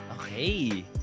Okay